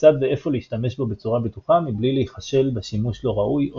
כיצד ואיפה להשתמש בו בצורה בטוחה מבלי להיכשל בשימוש לא ראוי או